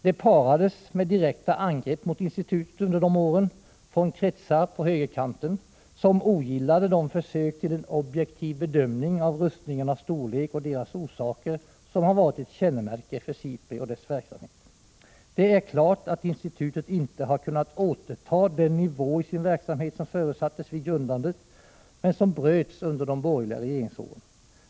Det parades med direkta angrepp mot institutet under de åren från kretsar på högerkanten som ogillade de försök till en objektiv bedömning av rustningarnas storlek och deras orsaker, som har varit ett kännemärke för SIPRI och dess verksamhet. Det är klart att institutet inte har kunnat återta den nivå i sin verksamhet som förutsattes vid grundandet, men som bröts under de borgerliga regeringsåren.